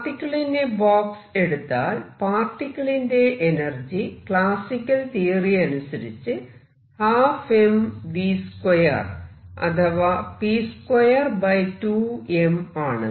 particle in a box എടുത്താൽ പാർട്ടിക്കിളിന്റെ energy classical theory അനുസരിച്ച് 12mv2 അഥവാ p22m ആണ്